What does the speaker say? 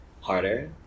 harder